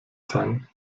sein